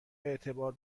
اعتبار